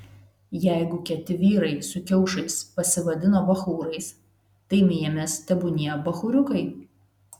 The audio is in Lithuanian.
jeigu kieti vyrai su kiaušais pasivadino bachūrais tai mėmės tebūnie bachūriukai